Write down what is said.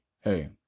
Hey